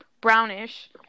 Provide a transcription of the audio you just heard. Brownish